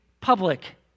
public